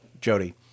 Jody